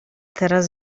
teraz